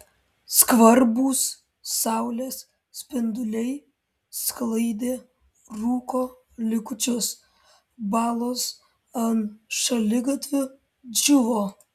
skvarbūs saulės spinduliai sklaidė rūko likučius balos ant šaligatvių džiūvo